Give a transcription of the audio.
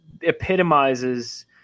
epitomizes